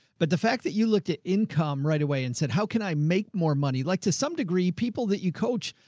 but the fact that you looked at income right away and said, how can i make more money? like to some degree, people that you coach,